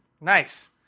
Nice